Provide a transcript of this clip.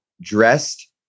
dressed